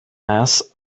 mass